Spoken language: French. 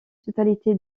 totalité